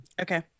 Okay